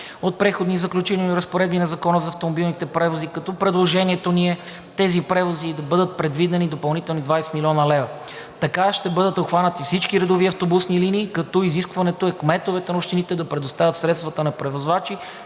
от Преходните и заключителните разпоредби на Закона за автомобилните превози, като предложението ни е за тези превози да бъдат предвидени допълнителни 20 млн. лв. Така ще бъдат обхванати всички редовни автобусни линии, като изискването е кметовете на общините да предоставят средствата на превозвачи,